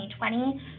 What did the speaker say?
2020